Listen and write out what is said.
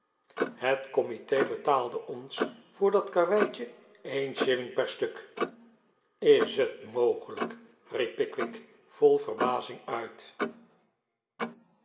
het comite betaalde ons voor dat karweitje een shilling per stuk is het mogelijk riep pickwick vol verbazing uit